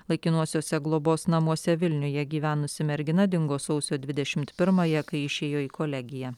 laikinuosiuose globos namuose vilniuje gyvenusi mergina dingo sausio dvidešimt pirmąją kai išėjo į kolegiją